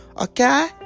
Okay